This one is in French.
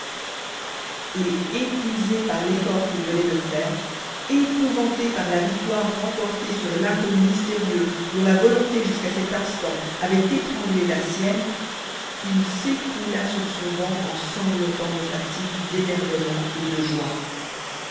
et épuisé par l'effort qu'il venait de faire épouvanté par la victoire remportée sur l'inconnu mystérieux dont la volonté jusqu'à cet instant avait étranglé la sienne il s'écroula sur son banc en sanglotant de fatigue d'énervement et de joie